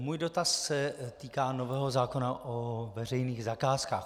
Můj dotaz se týká nového zákona o veřejných zakázkách.